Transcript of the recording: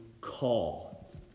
call